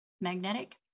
magnetic